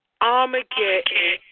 Armageddon